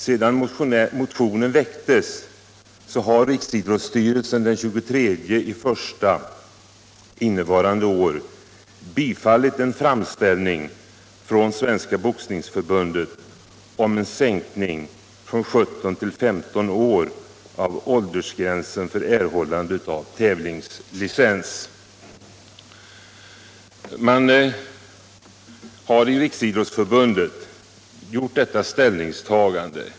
Sedan motionen väcktes har Riksidrottsstyrelsen den 23 januari innevarande år bifallit en framställning från Svenska boxningsförbundet om en sänkning från 17 till 15 år av åldersgränsen för erhållande av tävlingslicens.